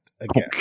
again